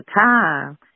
time